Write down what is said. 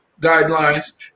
guidelines